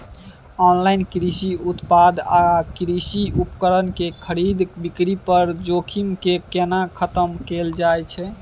Online कृषि उत्पाद आ कृषि उपकरण के खरीद बिक्री पर जोखिम के केना खतम कैल जाए छै?